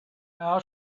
how